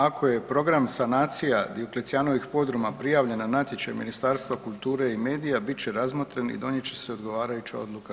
Ako je program sanacija Dioklecijanovih podruma prijavljen na natječaj u Ministarstvu kulture i medija, bit će razmotren i donijet će se odgovarajuća odluka.